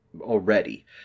already